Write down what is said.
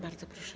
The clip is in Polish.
Bardzo proszę.